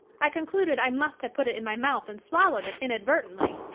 i concluded i must have put it in my mouth and swallowed it inadvertently.